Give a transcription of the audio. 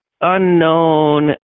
unknown